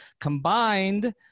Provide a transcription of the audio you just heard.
combined